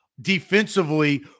defensively